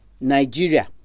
Nigeria